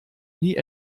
nie